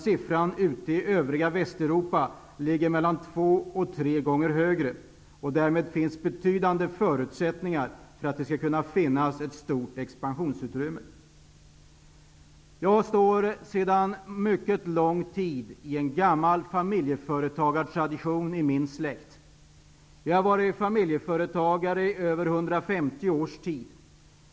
Siffran ute i övriga Västeuropa ligger två tre gånger högre. Därmed finns betydande förutsättningar för att det skall finnas ett stort expansionsutrymme. Det finns sedan lång tid tillbaka en gammal familjeföretagartradition i min släkt. Vi har varit familjeföretagare i över 150 år.